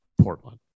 Portland